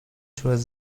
toward